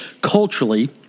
culturally